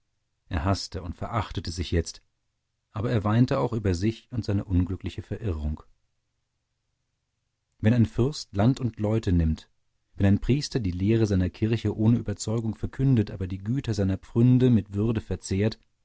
er haßte und verachtete sich jetzt aber er weinte auch über sich und seine unglückliche verirrung wenn ein fürst land und leute nimmt wenn ein priester die lehre seiner kirche ohne überzeugung verkündet aber die güter seiner pfründe mit würde verzehrt